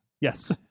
yes